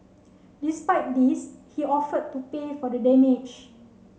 despite this he offered to pay for the damage